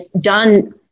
done